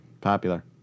Popular